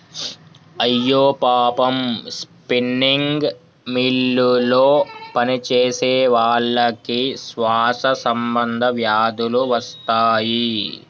అయ్యో పాపం స్పిన్నింగ్ మిల్లులో పనిచేసేవాళ్ళకి శ్వాస సంబంధ వ్యాధులు వస్తాయి